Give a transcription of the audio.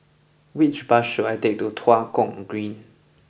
which bus should I take to Tua Kong Green